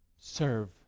serve